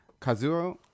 kazuo